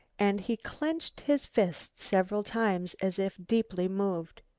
and he clinched his fist several times, as if deeply moved.